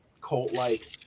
cult-like